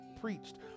preached